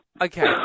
Okay